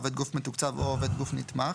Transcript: עובד גוף מתוקצב או עובד גוף נתמך